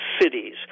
cities